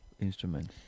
instruments